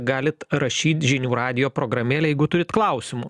galit rašyt žinių radijo programėlėj jeigu turit klausimų